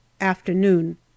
Afternoon